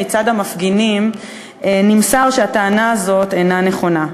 מצד המפגינים נמסר שהטענה הזאת אינה נכונה.